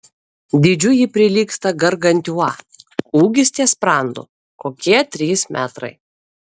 dydžiu ji prilygsta gargantiua ūgis ties sprandu kokie trys metrai